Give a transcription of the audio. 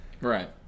Right